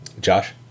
Josh